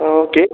okay